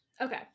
Okay